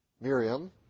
Miriam